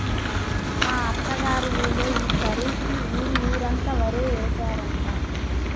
మా అత్త గారి ఊళ్ళో యీ ఖరీఫ్ కి ఊరు ఊరంతా వరే యేశారంట